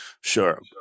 sure